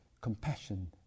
compassion